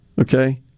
okay